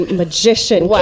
magician